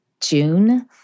June